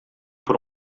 por